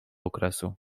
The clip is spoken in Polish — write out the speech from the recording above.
okresu